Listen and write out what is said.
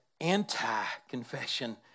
anti-confession